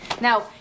Now